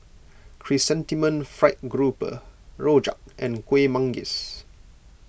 Chrysanthemum Fried Grouper Rojak and Kuih Manggis